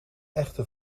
echte